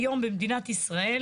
היום במדינת ישראל,